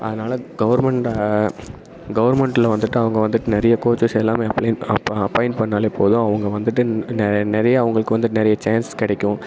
அதனால் கவர்மெண்ட் கவர்மெண்ட்டில் வந்துவிட்டு அவங்க வந்துவிட்டு நிறைய கோச்சஸ் எல்லாமே அப்ளே அப் அப்பாயிண்ட் பண்ணாலே போதும் அவங்க வந்துவிட்டு நிறை நிறையா அவங்களுக்கு வந்துவிட்டு நிறைய சான்ஸ் கிடைக்கும்